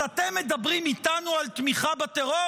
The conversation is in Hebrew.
אז אתם מדברים איתנו על תמיכה בטרור?